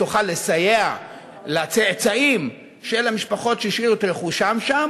תוכל לסייע לצאצאים של המשפחות שהשאירו את רכושן שם